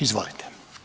Izvolite.